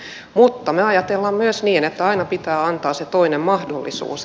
mutta me ajattelemme myös niin että aina pitää antaa se toinen mahdollisuus